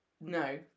no